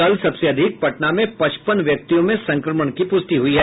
कल सबसे अधिक पटना में पचपन व्यक्तियों में संक्रमण की पुष्टि हुई है